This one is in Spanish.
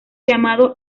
llamado